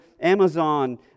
Amazon